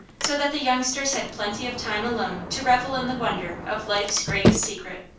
so that the youngsters had plenty of time alone to revel in the wonder of life's greatest secret.